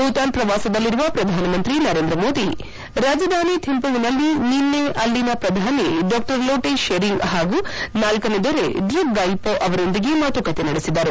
ಭೂತಾನ್ ಪ್ರವಾಸದಲ್ಲಿರುವ ಪ್ರಧಾನಮಂತ್ರಿ ನರೇಂದ್ರ ಮೋದಿ ರಾಜಧಾನಿ ಥಿಂಪುವಿನಲ್ಲಿ ನಿನ್ನೆ ಅಲ್ಲಿನ ಪ್ರಧಾನಿ ಡಾ ಲೊಟೆ ಶೆರಿಂಗ್ ಹಾಗೂ ನಾಲ್ಕನೇ ದೊರೆ ಡುಕ್ ಗೈಲ್ವೊ ಅವರೊಂದಿಗೆ ಮಾತುಕತೆ ನಡೆಸಿದರು